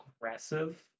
aggressive